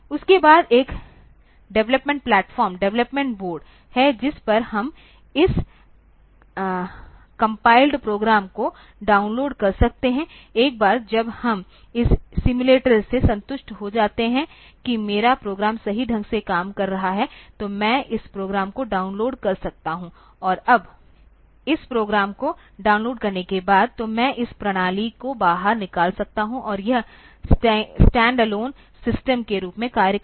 उसके बाद एक डेवलपमेंट प्लेटफार्म डेवलपमेंट बोर्ड है जिस पर हम इस कपिलेड प्रोग्राम को डाउनलोड कर सकते हैं एक बार जब हम इस सिमुलेशन से संतुष्ट हो जाते हैं कि मेरा प्रोग्राम सही ढंग से काम कर रहा है तो मैं इस प्रोग्राम को डाउनलोड कर सकता हूं और अब इस प्रोग्राम को डाउनलोड करने के बाद तो मैं इस प्रणाली को बाहर निकाल सकता हूं और यह स्टैंड अलोन सिस्टम के रूप में कार्य कर सकता है